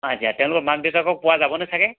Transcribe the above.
দিয়া দিয়া তেওঁলোকৰ মাক দেউতাকক পোৱা যাব নে চাগৈ